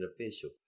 official